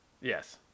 Yes